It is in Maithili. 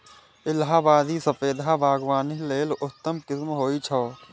इलाहाबादी सफेदा बागवानी लेल उत्तम किस्म होइ छै